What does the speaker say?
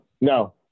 No